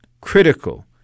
critical